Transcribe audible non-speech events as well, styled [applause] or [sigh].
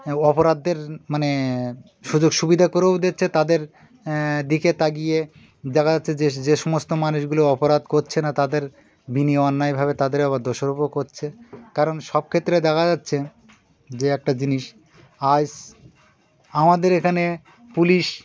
অপরাধীদের মানে সুযোগ সুবিধা করেও দিচ্ছে তাদের দিকে তকিয়ে দেখা যাচ্ছে যে যে সমস্ত মানুষগুলো অপরাধ করছে না তাদের [unintelligible] অন্যায় ভাবে তাদেরও আবার দোষারোপও করছে কারণ সব ক্ষেত্রে দেখা যাচ্ছে যে একটা জিনিস আজ আমাদের এখানে পুলিশ